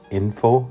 info